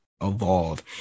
Evolve